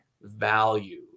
value